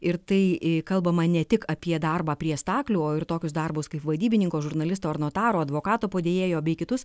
ir tai kalbama ne tik apie darbą prie staklių o ir tokius darbus kaip vadybininko žurnalisto ar notaro advokato padėjėjo bei kitus